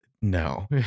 No